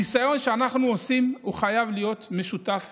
הניסיון שאנחנו עושים חייב להיות משותף,